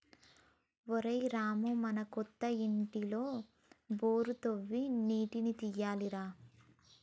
ఒరేయ్ రామూ మన కొత్త ఇంటిలో బోరు తవ్వి నీటిని తీయాలి రా